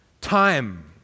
Time